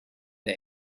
der